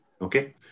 okay